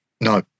No